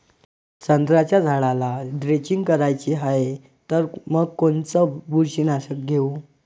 संत्र्याच्या झाडाला द्रेंचींग करायची हाये तर मग कोनच बुरशीनाशक घेऊ?